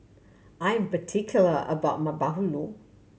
I'm particular about my bahulu